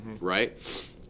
Right